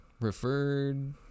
referred